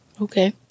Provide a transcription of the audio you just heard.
Okay